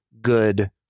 good